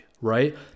right